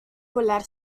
volar